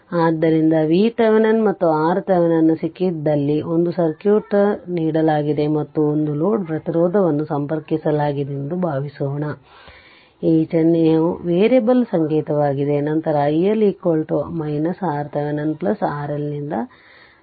ಆದ್ದರಿಂದ VThevenin ಮತ್ತು RThevenin ಸಿಕ್ಕಿದಲ್ಲಿ ಒಂದು ಸರ್ಕ್ಯೂಟ್ ನೀಡಲಾಗಿದೆ ಮತ್ತು ಒಂದು ಲೋಡ್ ಪ್ರತಿರೋಧವನ್ನು ಸಂಪರ್ಕಿಸಲಾಗಿದೆ ಎಂದು ಭಾವಿಸೋಣ ಈ ಚಿಹ್ನೆಯು ವೇರಿಯಬಲ್ ಸಂಕೇತವಾಗಿದೆ ನಂತರ iL iL RThevenin RL ನಿಂದ VThevenin